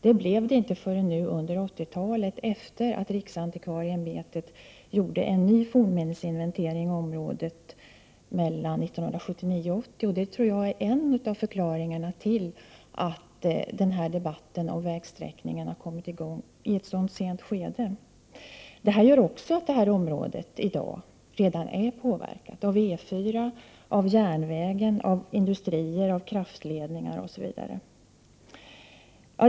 Det blev det inte förrän under 1980-talet, efter att riksantikvarieämbetet 1979-1980 hade gjort en ny fornminnesinventering i området. Det tror jag är en av förklaringarna till att debatten om vägsträckningen kom i gång i ett sådant sent skede. Av denna anledning är detta område redan påverkat av E 4, järnvägen, industrier, kraftledningar, osv.